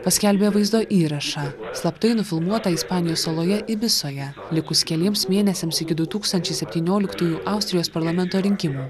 paskelbė vaizdo įrašą slaptai nufilmuotą ispanijos saloje ibisoje likus keliems mėnesiams iki du tūkstančiai septynioliktųjų austrijos parlamento rinkimų